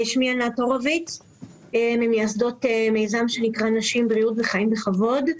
אני ממייסדות מיזם שנקרא נשים בריאות וחיים בכבוד,